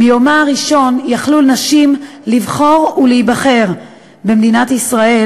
מיומה הראשון יכלו נשים לבחור ולהיבחר במדינת ישראל,